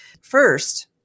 first